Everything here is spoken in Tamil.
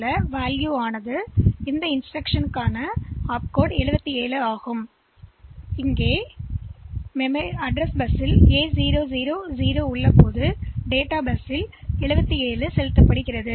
இந்த மதிப்புஇருக்க வேண்டும் 77 ஆகஏனெனில் மெமரிஇருப்பிட A000 இன் உள்ளடக்கத்தை டேட்டா பஸ்ஸில் வைக்கும் அது 77 ஆகும்